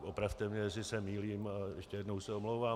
Opravte mě, jestli se mýlím, a ještě jednou se omlouvám.